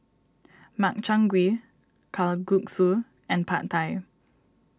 Makchang Gui Kalguksu and Pad Thai